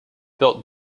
built